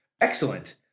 Excellent